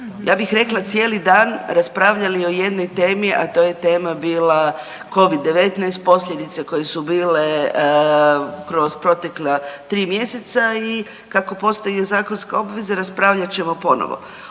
ja bih rekla cijeli dan, raspravljali o jednoj temi, a to je tema bila Covid-19, posljedice koje su bile kroz protekla 3 mjeseca i kako postoji zakonska obveza raspravljat ćemo ponovno.